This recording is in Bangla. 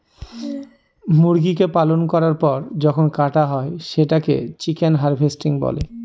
মুরগিকে পালন করার পর যখন কাটা হয় সেটাকে চিকেন হার্ভেস্টিং বলে